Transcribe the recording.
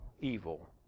evil